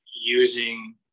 using